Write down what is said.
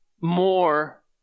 more